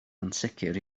ansicr